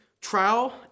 trial